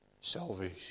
salvation